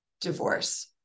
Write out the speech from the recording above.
divorce